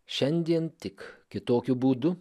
šiandien tik kitokiu būdu